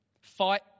fight